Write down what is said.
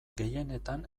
gehienetan